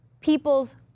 people's